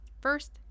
first